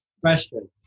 question